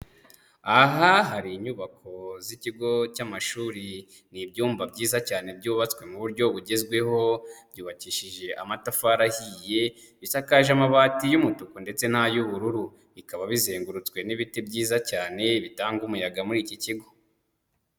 Aha hari inyubako z'ikigo cy'amashuri, ni ibyumba byiza cyane byubatswe mu buryo bugezweho, byubakishije amatafari ahiye, bisakaje amabati y'umutuku ndetse n'ay'ubururu, bikaba bizengurutswe n'ibiti byiza cyane bitanga umuyaga muri iki kigo.